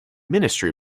ministry